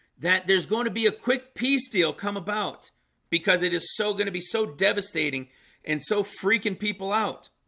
that there's going to be a quick peace deal come about because it is so going to be so devastating and so freaking people out